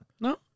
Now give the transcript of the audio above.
No